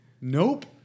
Nope